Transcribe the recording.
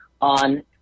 on